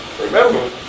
Remember